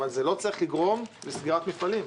אבל זה לא צריך לגרום לסגירת מפעלים.